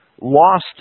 lost